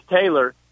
Taylor